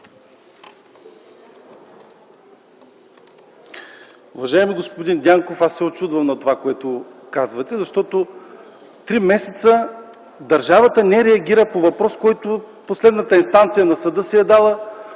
Уважаеми господин Дянков, аз се учудвам на това, което казвате, защото три месеца държавата не реагира по въпрос, по който последната инстанция на съда си е дала